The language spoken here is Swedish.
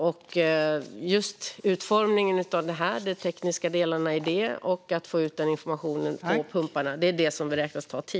Det är just utformningen av de tekniska delarna och att få ut informationen på pumparna som beräknas ta tid.